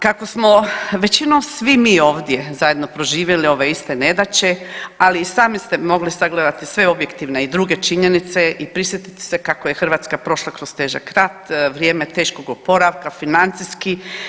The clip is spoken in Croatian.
Kako smo većinom svi mi ovdje zajedno proživjeli ove iste nedaće, ali i sami ste mogli sagledati sve objektivne i druge činjenice i prisjetiti se kako je Hrvatska prošla kroz težak rat, vrijeme teškog oporavka, financijski.